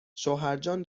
شوهرجان